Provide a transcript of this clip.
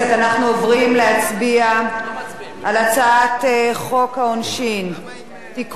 אנחנו עוברים להצביע על הצעת חוק העונשין (תיקון,